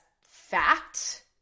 fact